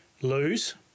lose